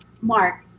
Mark